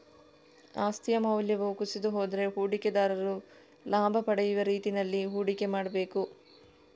ಆಸ್ತಿಯ ಮೌಲ್ಯವು ಕುಸಿದು ಹೋದ್ರೆ ಹೂಡಿಕೆದಾರರು ಲಾಭ ಪಡೆಯುವ ರೀತಿನಲ್ಲಿ ಹೂಡಿಕೆ ಮಾಡ್ಬೇಕು